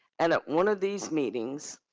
and ah one of these meetings,